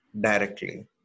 directly